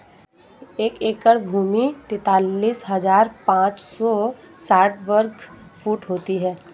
एक एकड़ भूमि तैंतालीस हज़ार पांच सौ साठ वर्ग फुट होती है